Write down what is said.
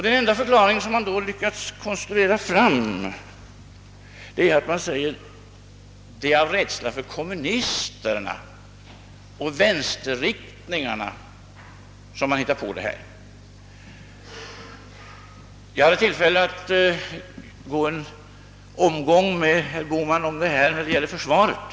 Den enda förklaring de lyckats konstruera fram är, att det måste vara av rädsla för kommunisterna och väns terriktningarna som socialdemokraterna har hittat på detta. Jag hade tillfälle att gå en omgång med herr Bohman med anledning av samma förklaring när det gällde försvaret.